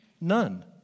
None